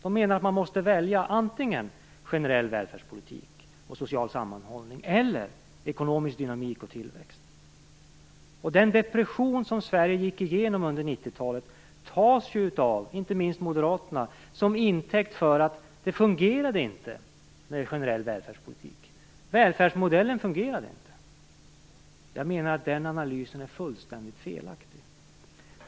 De menar att man måste välja antingen generell välfärdspolitik och social sammanhållning eller ekonomisk dynamik och tillväxt. Den depression som Sverige gick igenom under 90-talet tas inte minst av moderaterna som intäkt för att det inte fungerade med generell välfärdspolitik. Välfärdsmodellen fungerade inte. Jag menar att den analysen är fullständigt felaktig.